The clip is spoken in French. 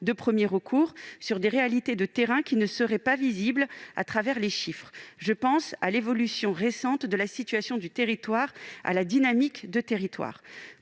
de premier recours (CATS) sur des réalités de terrain qui ne seraient pas visibles à travers les chiffres : je pense à l'évolution récente de la situation du territoire et à la dynamique de territoire.